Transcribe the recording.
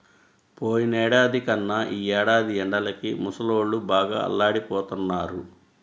పోయినేడాది కన్నా ఈ ఏడాది ఎండలకి ముసలోళ్ళు బాగా అల్లాడిపోతన్నారు